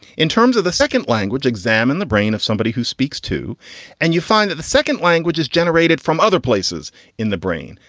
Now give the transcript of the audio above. in terms of the second language, examine the brain of somebody who speaks to and you find that the second language is generated from other places in the brain.